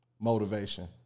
motivation